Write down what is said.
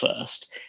first